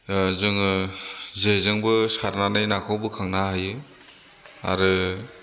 जोङो जेजोंबो सारनानै नाखौ बोखांनो हायो आरो